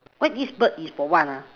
what this bird is for what ah